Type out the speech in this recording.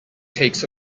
takes